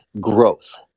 growth